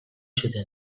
zuten